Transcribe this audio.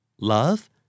love